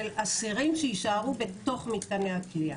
אסירים שיישארו בתוך מתקני הכליאה.